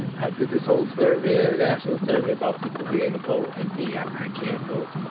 i did this whole survey. ah national survey about people being to vote and me, i can't vote